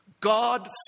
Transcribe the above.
God